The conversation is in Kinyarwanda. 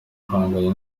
uhanganye